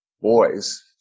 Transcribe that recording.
boys